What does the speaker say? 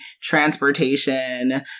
transportation